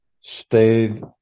stayed